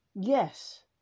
yes